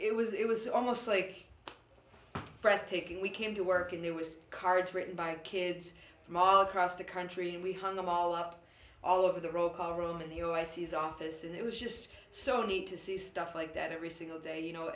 it was it was almost like breathtaking we came to work and there was cards written by kids from all across the country and we hung them all up all over the rock our own in the o ses office and it was just so neat to see stuff like that every single day you know